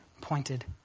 pointed